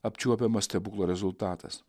apčiuopiamas stebuklo rezultatas